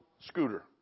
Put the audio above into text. scooter